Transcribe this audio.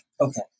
okay